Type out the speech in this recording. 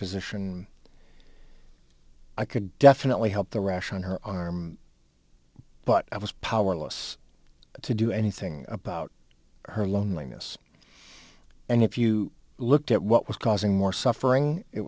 physician i could definitely help the rash on her arm but i was powerless to do anything about her loneliness and if you looked at what was causing more suffering it